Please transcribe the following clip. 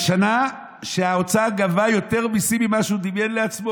בשנה שהאוצר גבה יותר מיסים ממה שהוא דמיין לעצמו,